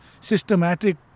systematic